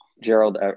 Gerald